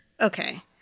Okay